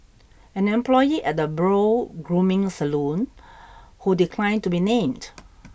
an employee at a brow grooming salon who declined to be named